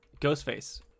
Ghostface